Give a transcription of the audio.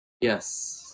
Yes